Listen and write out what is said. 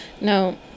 No